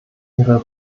ihre